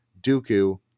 Dooku